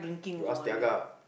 you ask Tiaga